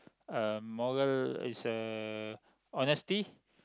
uh moral is a honesty